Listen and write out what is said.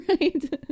Right